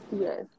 Yes